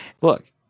Look